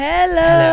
Hello